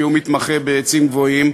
כי הוא מתמחה בעצים גבוהים.